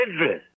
address